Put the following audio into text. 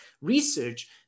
research